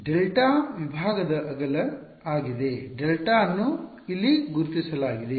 Δ ವಿಭಾಗದ ಅಗಲ ಆಗಿದೆ Δ ಅನ್ನು ಇಲ್ಲಿ ಗುರುತಿಸಲಾಗಿದೆ